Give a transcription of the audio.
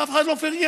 אף אחד לא פרגן,